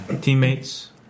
teammates